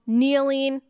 kneeling